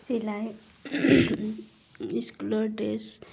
চিলাই স্কুলৰ ড্ৰেছ